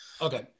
Okay